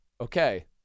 Okay